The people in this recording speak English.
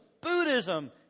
Buddhism